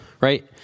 Right